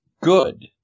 good